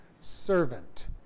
servant